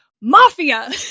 Mafia